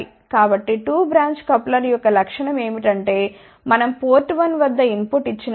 కాబట్టి 2 branch coupler యొక్క లక్షణం ఏమిటంటే మనం పోర్ట్ 1 వద్ద ఇన్ పుట్ ఇచ్చి నప్పుడు